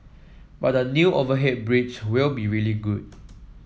but the new overhead bridge will be really good